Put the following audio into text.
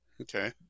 Okay